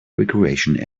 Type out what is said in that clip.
recreation